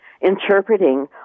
interpreting